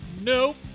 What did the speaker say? Nope